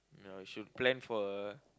ya she would plan for a